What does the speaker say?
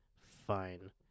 fine